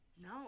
no